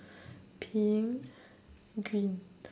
pink green